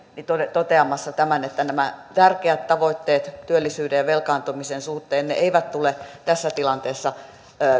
toteamassa tämän että nämä tärkeät tavoitteet työllisyyden ja velkaantumisen suhteen eivät tule tässä tilanteessa